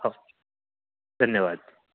हो धन्यवाद